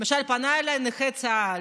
למשל פנה אליי נכה צה"ל,